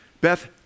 Beth